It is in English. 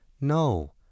no